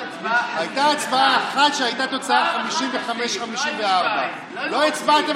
הייתה הצבעה אחת שהייתה תוצאה 54 55. לא הצבעתם